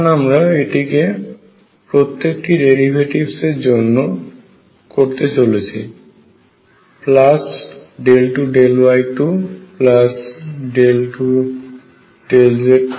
এখন আমরা এটিকে প্রত্যেকটি ডেরিভেটিভস এর জন্য করতে চলেছি 2y22z2